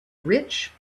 rich